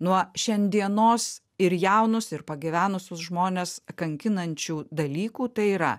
nuo šiandienos ir jaunus ir pagyvenusius žmones kankinančių dalykų tai yra